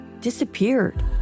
disappeared